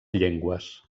llengües